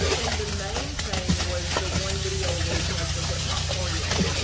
and the main thing was the one video a week like the hip-hop cardio.